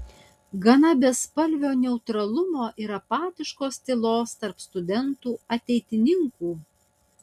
gana bespalvio neutralumo ir apatiškos tylos tarp studentų ateitininkų